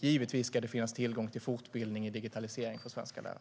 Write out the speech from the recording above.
Givetvis ska det finnas tillgång till fortbildning i digitalisering för svenska lärare.